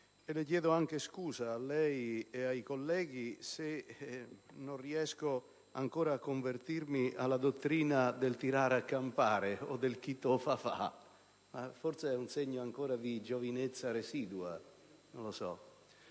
e chiedo scusa a lei e ai colleghi se non riesco ancora a convertirmi alla dottrina del «tirare a campare» o del «chi te lo fa fa'». Forse è un segno di giovinezza residua.